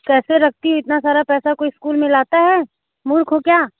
कैसे रखती हो क्या इतना सारा पैसा कोई स्कुल में लाता है मुर्ख हो क्या